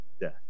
death